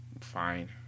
Fine